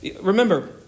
remember